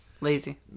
Lazy